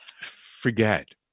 forget